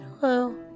hello